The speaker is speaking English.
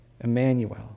Emmanuel